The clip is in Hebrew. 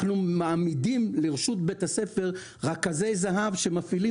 אנחנו מעמידים לרשות בית הספר רכזי זה"ב שמפעילים